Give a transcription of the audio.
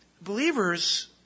believers